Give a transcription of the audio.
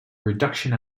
reduction